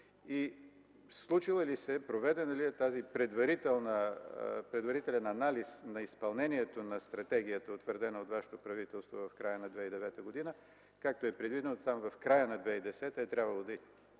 Случвало ли се е, проведен ли е предварителен анализ на изпълнение на стратегията, утвърдена от вашето правителство в края на 2009 г., както е предвидено там – в края на 2010 г. е трябвало да има